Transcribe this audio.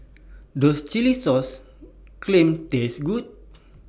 Does Chilli Sauce Clams Taste Good